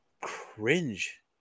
cringe